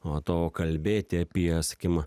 o to kalbėti apie sakim